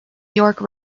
york